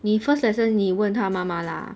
你 first lesson 你问他妈妈啦